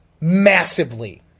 Massively